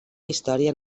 història